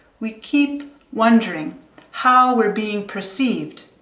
we keep wondering how we're being perceived,